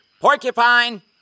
porcupine